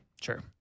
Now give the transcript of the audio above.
Sure